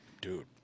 dude